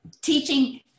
teaching